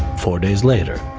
four days later,